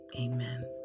Amen